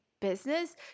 business